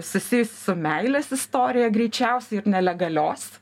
susijusi su meilės istorija greičiausiai ir nelegalios